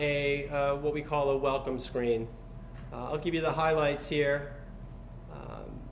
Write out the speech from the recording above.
a what we call a welcome screen i'll give you the highlights here